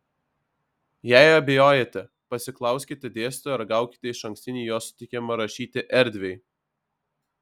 jei abejojate pasiklauskite dėstytojo ir gaukite išankstinį jo sutikimą rašyti erdviai